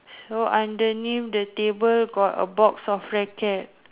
so underneath the table got a box of racket